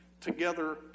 together